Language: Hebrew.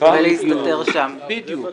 בדיוק.